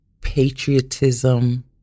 patriotism